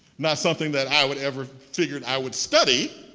not something that i would ever figure i would study.